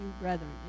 brethren